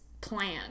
plan